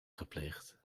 gepleegd